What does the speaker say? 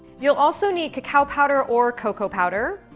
you'll also need cacao powder or cocoa powder,